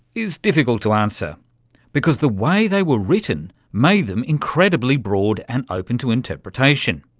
is difficult to answer because the way they were written made them incredibly broad and open to interpretation.